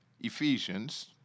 Ephesians